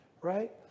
right